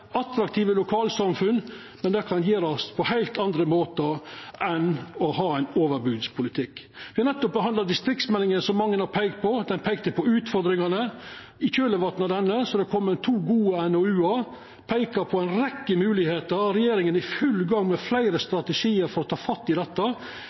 attraktive lokalsamfunn. Men det kan gjerast på heilt andre måtar enn med ein overbodspolitikk. Me har nettopp behandla distriktsmeldinga, som mange har peikt på, peikte ho på utfordringane. I kjølvatnet av denne har det kome to gode NOU-ar. Dei peiker på ei rekkje moglegheiter, og regjeringa er i full gang med fleire